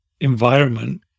environment